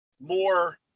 more